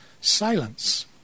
silence